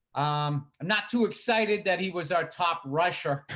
um i'm not too excited that he was our top russia.